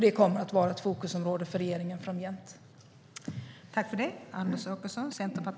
Det kommer att vara ett fokusområde för regeringen framgent.